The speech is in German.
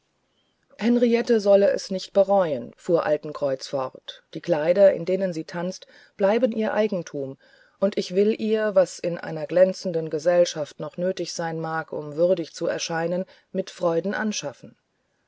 henriette soll es nicht bereuen fuhr altenkreuz fort die kleider in denen sie tanzt bleiben ihr eigentum und ich will ihr was in einer glänzenden gesellschaft noch nötig sein mag um würdig zu erscheinen mit freuden anschaffen